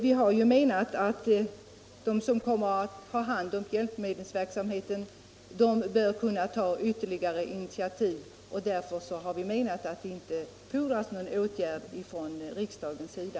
Vi har menat att de som kommer att ha hand om hjälpmedelsverksamheten bör kunna ta ytterligare initiativ. Därför har vi ansett att det inte fordras någon åtgärd från riksdagens sida.